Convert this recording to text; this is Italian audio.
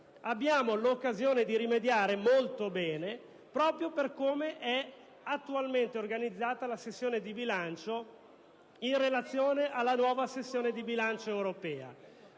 abbiamo l'occasione di rimediare molto bene, proprio per come è attualmente organizzata la sessione di bilancio in relazione alla nuova sessione di bilancio europea,